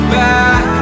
back